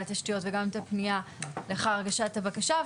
התשתיות וגם את הפנייה לאחר הגשת הבקשה.